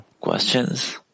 Questions